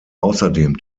außerdem